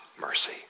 mercy